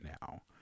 now